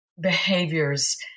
behaviors